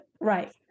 Right